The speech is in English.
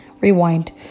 rewind